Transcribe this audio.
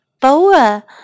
Boa